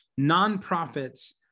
nonprofits